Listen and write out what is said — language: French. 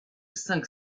cinq